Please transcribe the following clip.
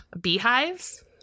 beehives